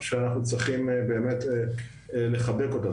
שאנחנו צריכים באמת לחבק אותה.